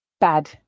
bad